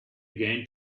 again